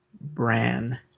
Bran